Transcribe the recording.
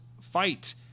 Fight